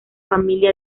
familia